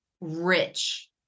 rich